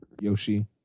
Yoshi